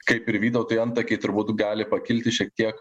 kaip ir vytautui antakiai turbūt gali pakilti šiek tiek